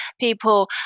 people